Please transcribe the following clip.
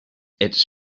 its